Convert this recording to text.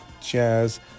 jazz